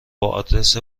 آدرس